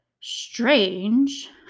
strange